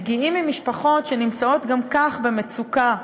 מגיעים ממשפחות שנמצאות גם כך במצוקה,